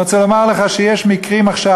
אני רוצה לומר לך שיש מקרים עכשיו,